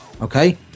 okay